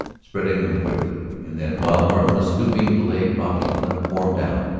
spreading them quickly. and then, while norton was stooping to lay brocky's limp form down,